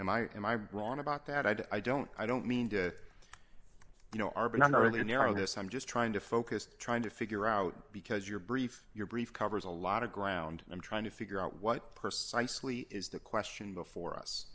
and i am i wrong about that i don't i don't mean to you know our but i'm not really narrow this i'm just trying to focus trying to figure out because your brief your brief covers a lot of ground and i'm trying to figure out what precisely is the question before us